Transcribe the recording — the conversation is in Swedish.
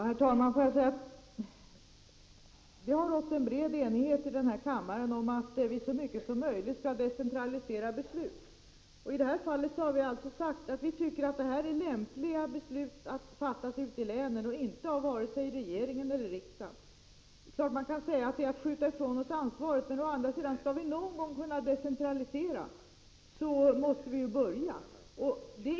Herr talman! Det har rått bred enighet i kammaren om att vi så mycket som möjligt skall decentralisera beslut. Vi har ansett att det på detta område är lämpligt att besluten fattas ute i länen och inte av vare sig regering eller riksdag. Det är klart att man kan säga att det är att skjuta ifrån sig ansvaret, men å andra sidan: Skall vi någon gång kunna decentralisera måste vi börja någonstans.